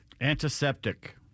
Antiseptic